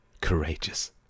courageous